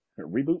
reboot